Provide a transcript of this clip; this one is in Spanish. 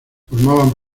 formaban